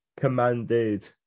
commanded